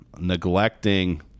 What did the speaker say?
neglecting